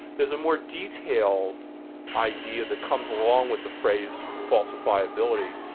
there's a more detailed idea that comes along with the phrase, falsifiability.